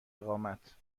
اقامت